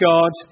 God